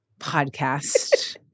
Podcast